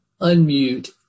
unmute